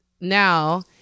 now